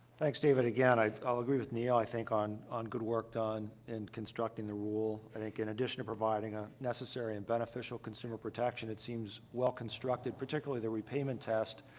thanks, david. again, i i'll agree with neil, i think, on on good work done in and constructing the rule. i think in addition to providing a necessary and beneficial consumer protection, it seems well constructed, particularly the repayment test,